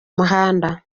muhanda